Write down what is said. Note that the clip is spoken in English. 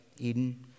Eden